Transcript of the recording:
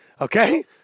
Okay